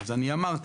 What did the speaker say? כפי שאמרתי,